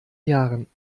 jahren